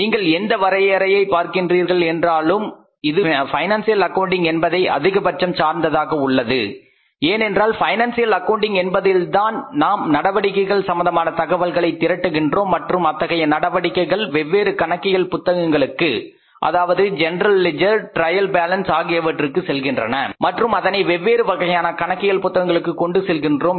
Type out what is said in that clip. நீங்கள் எந்த வரையறையை பார்க்கின்றீர்கள் என்றால் இது பைனான்சியல் அக்கவுண்டிங் என்பதை அதிகபட்சம் சார்ந்ததாக உள்ளது ஏனென்றால் பைனான்சியல் அக்கவுண்டிங் என்பதில்தான் நாம் நடவடிக்கைகள் சம்பந்தமான தகவல்களை திரட்டுகின்றோம் மற்றும் அத்தகைய நடவடிக்கைகள் வெவ்வேறு கணக்கியல் புத்தகங்களுக்கு அதாவது ஜெனரல் லெட்ஜெர் மற்றும் டிரையல் பேலன்ஸ் ஆகியவற்றிற்கு செல்கின்றன மற்றும் அதனை வெவ்வேறு வகையான கணக்கியல் புத்தகங்களுக்கு கொண்டு செல்கின்றோம்